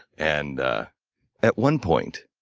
and at one point,